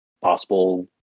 possible